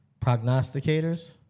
prognosticators